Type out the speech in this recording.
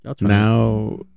now